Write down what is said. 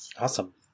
Awesome